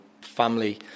family